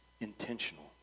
intentional